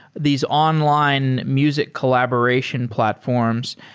these online music collaboration platforms.